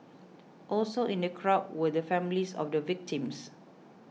also in the crowd were the families of the victims